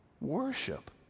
Worship